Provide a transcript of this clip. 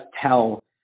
tell